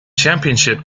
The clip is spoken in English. championship